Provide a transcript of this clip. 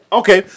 okay